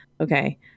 Okay